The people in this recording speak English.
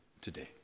today